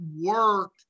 work